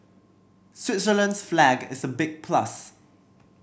Switzerland's flag is a big plus